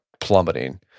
plummeting